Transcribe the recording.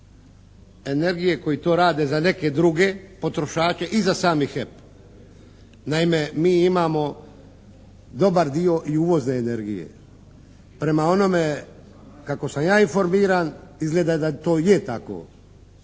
energije koji to rade za neke druge potrošače i za sami HEP. Naime, mi imamo dobar dio i uvozne energije. Prema onome kako sam ja informiran izgleda da to je tako